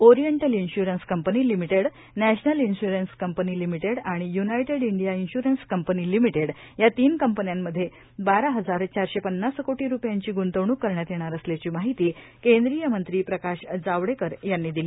oriental insurance company limited national insurance company limited आणियूनायटेड India insurance company limited या तीनकंपन्यांमध्ये बारा हजार चारशे पन्नास कोटी रुपयांची ग्रंतवणूक करण्यात येणार असल्याची माहिती केंद्रीय मंत्री प्रकाश जवडेकर यांनी दिली